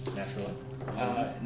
Naturally